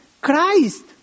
Christ